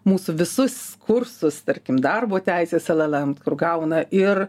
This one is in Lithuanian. mūsų visus kursus tarkim darbo teisės llm kur gauna ir